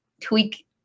tweak